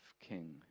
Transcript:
king